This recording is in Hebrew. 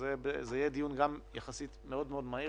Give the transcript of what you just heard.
לכן זה יהיה דיון יחסית מאוד מאוד מהיר,